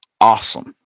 awesome